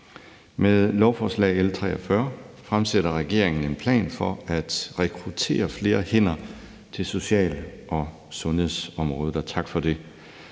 Med lovforslaget L 43 fremsætter regeringen en plan for at rekruttere flere hænder til social- og sundhedsområdet, og tak for det.